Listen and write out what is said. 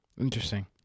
Interesting